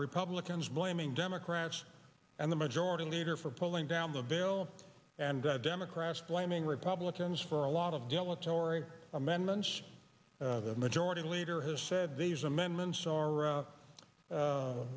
republicans blaming democrats and the majority leader for pulling down the bill and democrats blaming republicans for a lot of yellow tory amendments the majority leader has said these amendments are